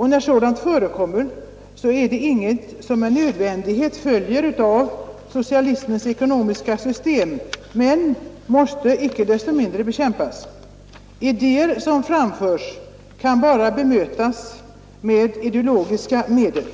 det är ingenting som med nödvändighet följer av socialismens ekonomiska system, men det måste, när det förekommer, inte desto mindre bekämpas. Idéer som framförs kan bara bemötas med ideologiska medel.